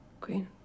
queen